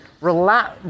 relax